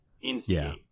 instigate